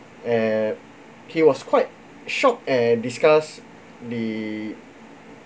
eh he was quite shocked and disgust the